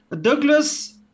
Douglas